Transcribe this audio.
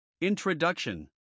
Introduction